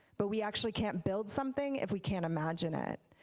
but we actually can't build something if we can't imagine it.